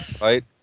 right